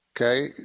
okay